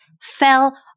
fell